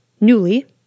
newly